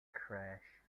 crash